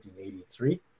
1983